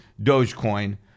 Dogecoin